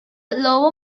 lower